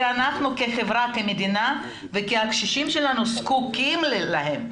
אנחנו כחברה, כמדינה, והקשישים שלנו זקוקים להם.